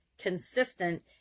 consistent